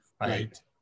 right